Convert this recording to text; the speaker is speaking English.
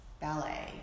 ballet